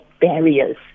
barriers